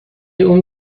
اون